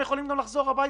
יעדים,